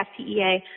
FTEA